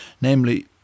namely